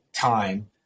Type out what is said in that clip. time